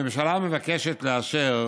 הממשלה מבקשת לאשר